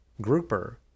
grouper